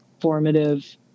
formative